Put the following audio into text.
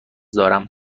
داریم